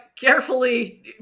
carefully